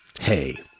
hey